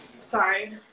Sorry